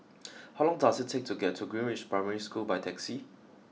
how long does it take to get to Greenridge Primary School by taxi